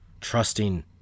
Trusting